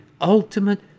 ultimate